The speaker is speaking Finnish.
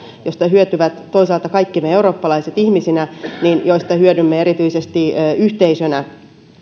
joista toisaalta hyödymme kaikki me eurooppalaiset ihmisinä ja joista toisaalta hyödymme erityisesti yhteisönä